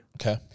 Okay